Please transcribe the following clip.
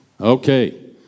Okay